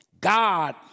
God